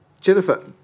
Jennifer